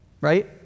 Right